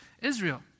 Israel